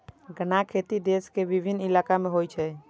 गन्नाक खेती देश के विभिन्न इलाका मे होइ छै